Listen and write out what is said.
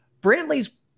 Brantley's